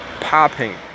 popping